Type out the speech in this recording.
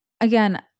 again